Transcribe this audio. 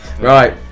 Right